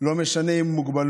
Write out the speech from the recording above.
לא משנה אם הוא עם מוגבלות,